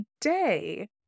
today